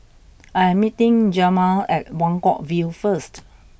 I am meeting Jemal at Buangkok View first